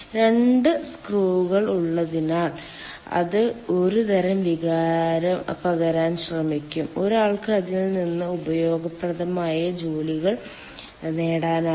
രണ്ട് സ്ക്രൂകൾ ഉള്ളതിനാൽ അത് ഒരുതരം വികാരം പകരാൻ ശ്രമിക്കും ഒരാൾക്ക് അതിൽ നിന്ന് ഉപയോഗപ്രദമായ ജോലികൾ നേടാനാകും